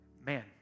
man